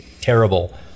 terrible